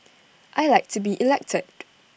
I Like to be elected